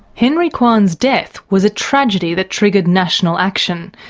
henry kwan's death was a tragedy that triggered national action,